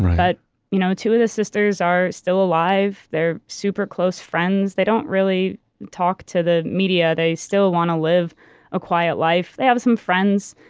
but you know two of the sisters are still alive. they're super close friends. they don't really talk to the media. they still want to live a quiet life. they have some friends.